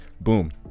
boom